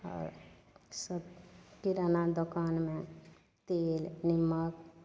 आओर सब किराना दोकानमे तेल निम्मक